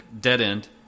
dead-end